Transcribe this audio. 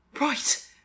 Right